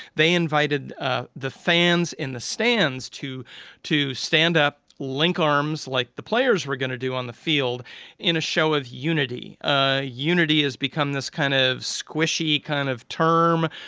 they invited ah the fans in the stands to to stand up, link arms like the players were going to do on the field in a show of unity ah unity has become this kind of squishy kind of term.